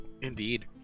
indeed